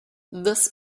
this